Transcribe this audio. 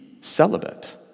celibate